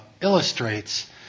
illustrates